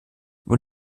von